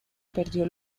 perdió